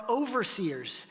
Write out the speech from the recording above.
overseers